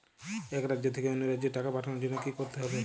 এক রাজ্য থেকে অন্য রাজ্যে টাকা পাঠানোর জন্য কী করতে হবে?